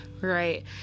right